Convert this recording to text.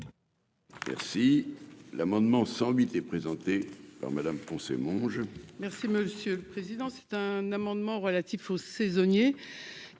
Merci l'amendement 108 et présenté par Madame Poncet mon jeu. Merci monsieur le Président, c'est un amendement relatif aux saisonniers,